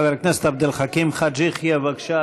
חבר הכנסת עבד אל חכים חאג' יחיא.